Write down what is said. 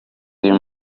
uyu